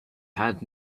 had